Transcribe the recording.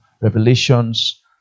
Revelations